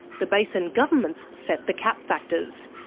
the basin governments set the cap factors.